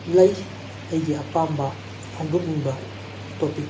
ꯂꯩ ꯑꯩꯒꯤ ꯑꯄꯥꯝꯕ ꯐꯣꯡꯗꯣꯛꯅꯤꯡꯕ ꯇꯣꯄꯤꯛ